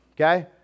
okay